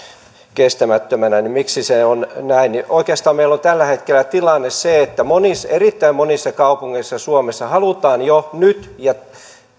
kestämättömänä mutta miksi se on näin oikeastaan meillä on tällä hetkellä tilanne se että erittäin monissa kaupungeissa suomessa halutaan ja